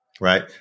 right